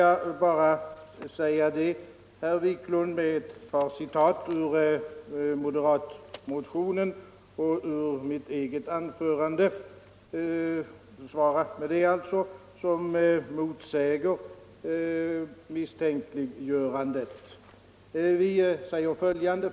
Jag vill med anledning härav för herr Wiklund anföra några citat ur moderatmotionen och ur mitt eget tidigare anförande, som visar att detta misstänkliggörande är obefogat. Vi säger följande.